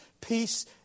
Peace